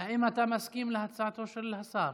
האם אתה מסכים להצעתו של השר?